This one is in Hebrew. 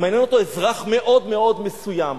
מעניין אותו אזרח מאוד מאוד מסוים.